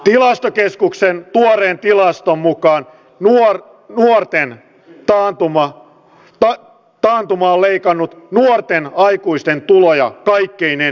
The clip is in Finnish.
tilastokeskuksen tuoreen tilaston mukaan taantuma on leikannut nuorten aikuisten tuloja kaikkein eniten